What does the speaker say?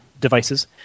devices